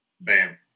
Bam